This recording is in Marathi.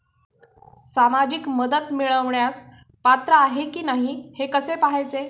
सामाजिक मदत मिळवण्यास पात्र आहे की नाही हे कसे पाहायचे?